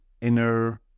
inner